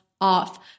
off